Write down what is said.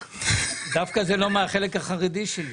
דווקא זה לא מהחלק החרדי שלי.